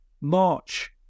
March